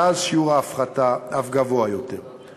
ואז שיעור ההפחתה גבוה אף יותר.